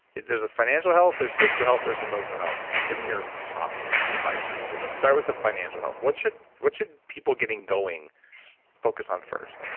there's a financial health there's physical health, there's emotional health. like give me your top pieces of advice for each of those. start with the financial health. what should what should people getting going so focus on first?